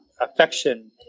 affection